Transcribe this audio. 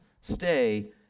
stay